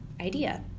idea